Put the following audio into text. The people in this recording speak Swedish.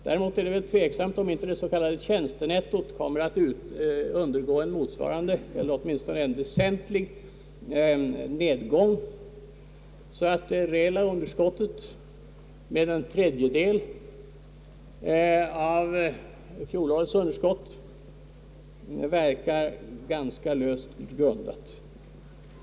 Däremot är det tveksamt om inte det s.k. tjänstenettot kommer att undergå en väsentlig nedgång så att finansministerns senaste kalkyl om en nedgång i det reella underskottet med omkring en tredjedel verkar rätt löst grundat.